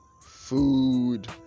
food